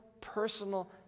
personal